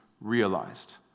realized